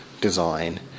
design